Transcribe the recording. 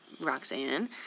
Roxanne